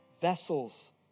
vessels